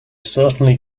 certainly